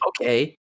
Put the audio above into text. okay